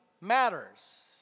Matters